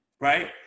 Right